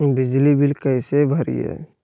बिजली बिल कैसे भरिए?